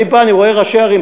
אני בא, אני רואה ראשי ערים.